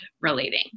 relating